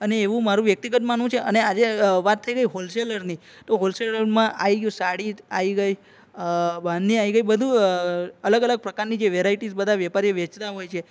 અને એવું મારુ વ્યક્તિગત માનવું છે અને આજે વાત થઈ ગઈ હોલસેલરની તો હોલસેલરમાં આવી ગયું સાડી આવી ગઈ બાંધણી આવી ગઈ બધું અલગ અલગ પ્રકારની જે વેરાયટીઝ બધા વેપારીઓ વેચતા હોય છે